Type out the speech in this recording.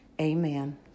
Amen